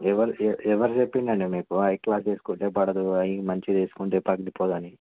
ఎవరు ఎవరు చెప్పారండి మీకు హైక్లాస్ది వేసుకుంటే పడదు ఇది మంచిది వేసుకుంటే పగిలిపోదని